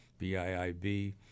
BIIB